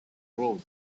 road